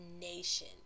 nation